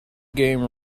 game